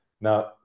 Now